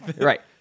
Right